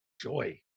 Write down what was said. joy